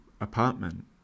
apartment